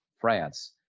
France